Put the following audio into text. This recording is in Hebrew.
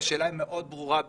השאלה היא מאוד ברורה בעיניי,